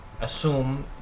assume